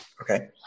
Okay